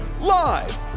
Live